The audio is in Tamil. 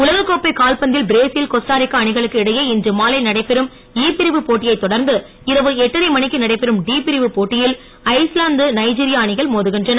உலக கோப்பை கால்பந்தில் பிரேசில் கோஸ்டாரிக்கா அணிகளுக்கு இடையே இன்று மாலை நடைபெறும் சு பிரிவு போட்டியைத் தொடர்ந்து இரவு எட்டரை மணிக்கு நடைபெறும் டி பிரிவு போட்டியில் ஐஸ்லாந்து னநதீரியா அணிகள் மோதுகின்றன